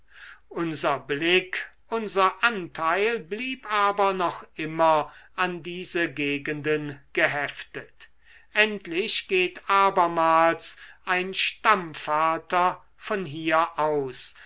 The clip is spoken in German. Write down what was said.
unser blick unser anteil bleibt aber noch immer an diese gegenden geheftet endlich geht abermals ein stammvater von hier aus